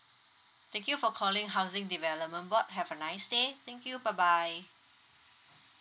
thank you for calling housing development board have a nice day thank you bye bye